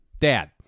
Dad